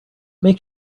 make